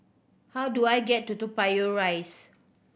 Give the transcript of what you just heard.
how do I get to Toa Payoh Rise